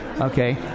Okay